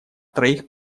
троих